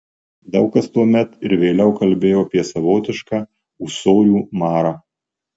daug kas tuomet ir vėliau kalbėjo apie savotišką ūsorių marą